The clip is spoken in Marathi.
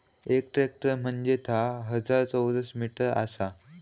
एक हेक्टर म्हंजे धा हजार चौरस मीटर आसा